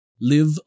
live